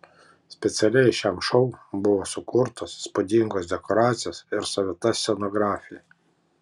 specialiai šiam šou buvo sukurtos įspūdingos dekoracijos ir savita scenografija